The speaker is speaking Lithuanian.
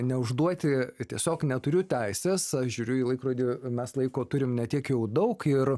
neužduoti tiesiog neturiu teisės aš žiūriu į laikrodį mes laiko turim ne tiek jau daug ir